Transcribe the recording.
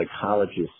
psychologists